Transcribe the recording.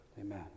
Amen